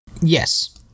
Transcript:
Yes